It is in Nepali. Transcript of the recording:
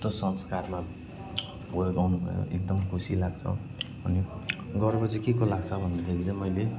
यस्तो संस्कारमा हुर्काउनु भयो एकदम खुसी लाग्छ अनि गर्व चाहिँ के को लाग्छ भन्दाखेरि चाहिँ मैले